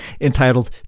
entitled